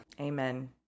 Amen